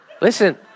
Listen